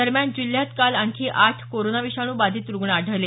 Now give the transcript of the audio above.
दरम्यान जिल्ह्यात काल आणखी आठ कोरोना विषाणू बाधित रुग्ण आढळले